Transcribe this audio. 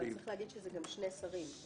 צריך להגיד שזה גם שני שרים.